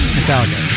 Metallica